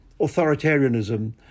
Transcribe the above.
authoritarianism